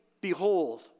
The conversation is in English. behold